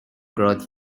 growth